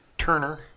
Turner